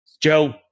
Joe